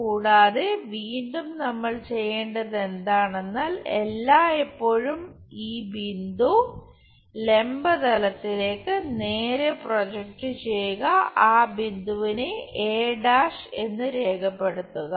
കൂടാതെ വീണ്ടും നമ്മൾ ചെയ്യേണ്ടത് എന്താണെന്നാൽ എല്ലായ്പ്പോഴും ഈ ബിന്ദു ലംബ തലത്തിലേക്ക് നേരെ പ്രൊജക്റ്റ് ചെയ്യുക ആ ബിന്ദുവിനെ a' എന്ന് രേഖപ്പെടുത്തുക